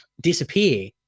disappear